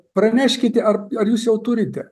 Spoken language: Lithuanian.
praneškite ar ar jūs jau turite